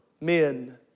men